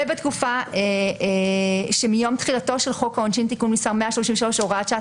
ובתקופה שמיום תחילתו של חוק העונשין (תיקון מס' 133 הוראת שעה),